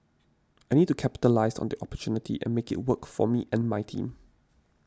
I need to capitalise on the opportunity and make it work for me and my team